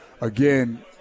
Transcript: again